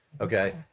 Okay